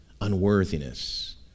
unworthiness